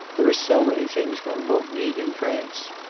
there are so many things one won't need in france.